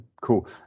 cool